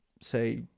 say